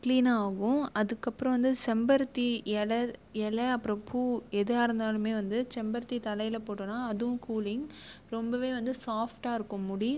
clean ஆகும் அதுக்கப்புறம் வந்து செம்பருத்தி இல இல அப்புறம் பூ எதாக இருந்தாலும் வந்து செம்பருத்தி தலையில் போட்டோம்னா அதுவும் கூலிங் ரொம்ப வந்து சாஃப்ட்டாயிருக்கும் முடி